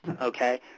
Okay